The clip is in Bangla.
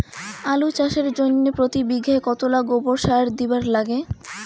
আলু চাষের জইন্যে প্রতি বিঘায় কতোলা গোবর সার দিবার লাগে?